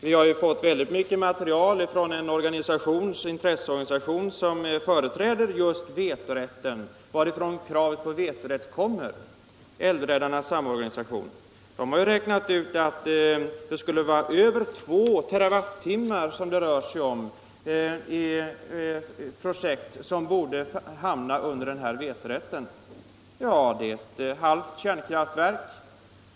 Vi har ju fått väldigt mycket material från den intresseorganisation varifrån kravet på vetorätt kommer, Älvräddarnas samorganisation. Den har räknat ut att projekt på tillsammans 2 TWh borde hamna under den här vetorätten. Det är ett halvt kärnkraftverk.